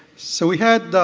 so we had